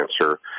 cancer